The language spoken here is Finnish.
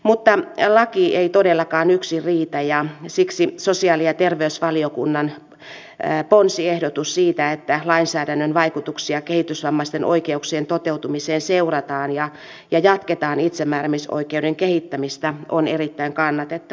mutta laki ei todellakaan yksin riitä ja siksi sosiaali ja terveysvaliokunnan ponsiehdotus siitä että lainsäädännön vaikutuksia kehitysvammaisten oikeuksien toteutumiseen seurataan ja itsemääräämisoikeuden kehittämistä jatketaan on erittäin kannatettava